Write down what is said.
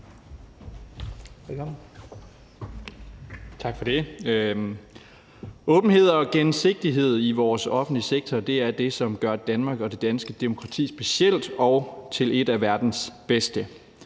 Tak for det. Åbenhed og gennemsigtighed i vores offentlige sektor er det, som gør Danmark og det danske demokrati specielt og til et af verdens bedste.